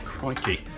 Crikey